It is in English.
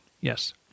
Yes